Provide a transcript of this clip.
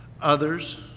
others